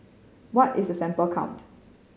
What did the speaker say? what is a sample count